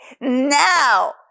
Now